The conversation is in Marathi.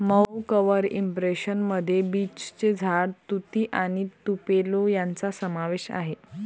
मऊ कव्हर इंप्रेशन मध्ये बीचचे झाड, तुती आणि तुपेलो यांचा समावेश आहे